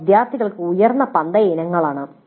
അവ വിദ്യാർത്ഥികൾക്ക് ഉയർന്ന പന്തയഇനങ്ങളാണ്